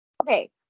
Okay